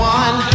one